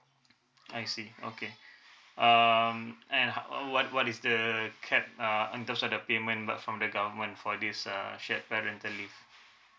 I see okay um and how what what is the cat~ uh in terms of the payment like from the government for this uh share parental leave